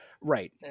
right